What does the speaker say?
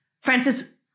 Francis